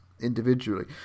individually